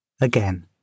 Again